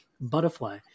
Butterfly